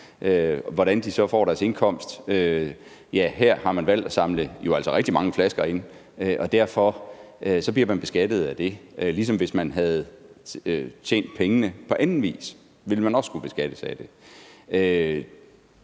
hvordan de så får deres indkomst. Ja, her har man valgt at samle jo altså rigtig mange flasker ind, og derfor bliver man beskattet af det, ligesom hvis man havde tjent pengene på anden vis, for så ville man også skulle beskattes af det.